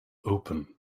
open